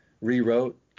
rewrote